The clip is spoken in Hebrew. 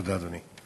תודה, אדוני.